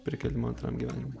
prikėlimu antram gyvenimui